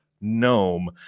gnome